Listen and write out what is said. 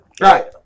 Right